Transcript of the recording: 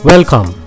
Welcome